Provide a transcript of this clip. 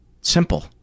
simple